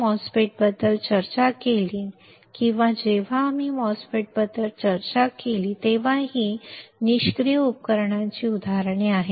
म्हणून जेव्हा आम्ही MOSFET बद्दल चर्चा केली किंवा जेव्हा आम्ही MOSFET बद्दल चर्चा केली तेव्हा ही निष्क्रिय उपकरणांची उदाहरणे आहेत